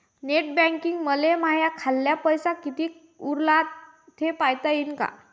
Net बँकिंगनं मले माह्या खाल्ल पैसा कितीक उरला थे पायता यीन काय?